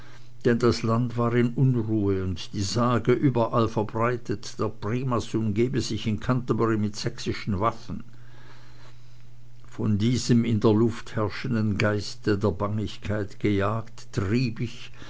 denn das land war in unruhe und die sage überall verbreitet primas umgebe sich canterbury mit sächsischen waffen der von diesem in der luft herrschenden geiste der bangigkeit gejagt trieb ich